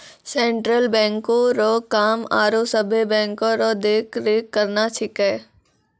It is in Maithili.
सेंट्रल बैंको रो काम आरो सभे बैंको रो देख रेख करना छिकै